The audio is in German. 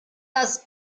das